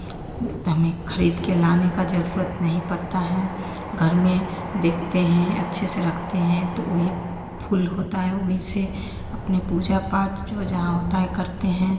तभी खरीद के लाने का ज़रूरत नहीं पड़ता है घर में देखते हैं अच्छे से रखते हैं तो वही फूल होता है उसी से अपनी पूजा पाठ जो जहाँ होता है करते हैं